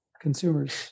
consumers